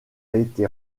été